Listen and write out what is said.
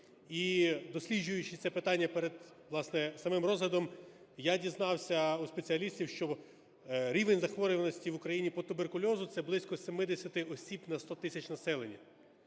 І досліджуючи це питання перед, власне, самим розглядом, я дізнався у спеціалістів, що рівень захворюваності в Україні по туберкульозу – це близько 70 осіб на 100 тисяч населення.